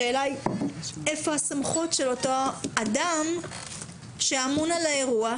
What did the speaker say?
השאלה היא איפה הסמכות של אותו אדם שאמון על האירוע,